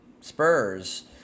Spurs